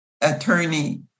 attorney